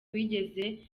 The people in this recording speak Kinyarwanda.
bigeze